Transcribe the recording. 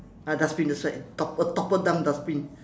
ah dustbin that's right topple topple down dustbin